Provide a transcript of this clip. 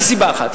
זו סיבה אחת.